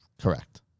Correct